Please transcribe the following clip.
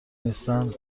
نیستند